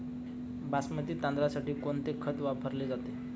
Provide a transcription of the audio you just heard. बासमती तांदळासाठी कोणते खत वापरले जाते?